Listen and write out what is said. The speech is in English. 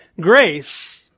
Grace